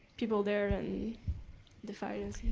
people there and the files?